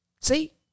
See